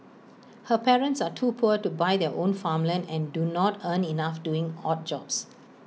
her parents are too poor to buy their own farmland and do not earn enough doing odd jobs